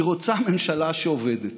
היא רוצה ממשלה שעובדת,